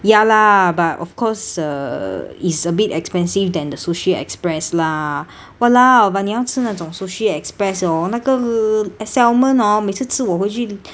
ya lah but of course uh is a bit expensive than the sushi express lah !walao! but 你要吃那种 sushi express orh 那个 l~ salmon orh 每次吃我回去